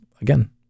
again